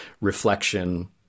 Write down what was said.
reflection